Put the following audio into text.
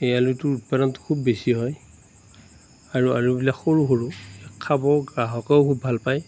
এই আলুটোৰ উৎপাদন খুব বেছি হয় আৰু আলুবিলাক সৰু সৰু খাব গ্ৰাহকেও খুব ভাল পায়